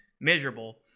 miserable